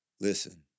listen